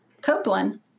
Copeland